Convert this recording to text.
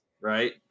right